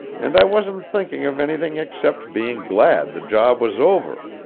and i wasn't thinking of anything except being glad the job was over,